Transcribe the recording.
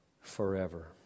forever